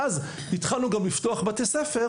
מאז, התחלנו לפתוח בתי ספר